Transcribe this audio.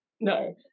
No